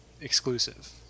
exclusive